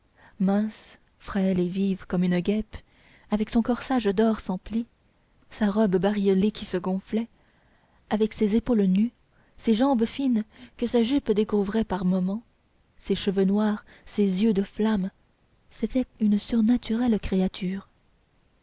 mince frêle et vive comme une guêpe avec son corsage d'or sans pli sa robe bariolée qui se gonflait avec ses épaules nues ses jambes fines que sa jupe découvrait par moments ses cheveux noirs ses yeux de flamme c'était une surnaturelle créature